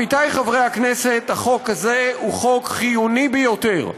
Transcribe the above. עמיתיי חברי הכנסת, החוק הזה הוא חוק חיוני ביותר,